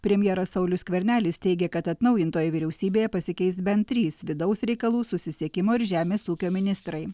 premjeras saulius skvernelis teigia kad atnaujintoje vyriausybėje pasikeis bent trys vidaus reikalų susisiekimo ir žemės ūkio ministrai